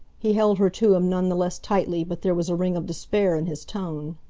he held her to him none the less tightly but there was a ring of despair in his tone.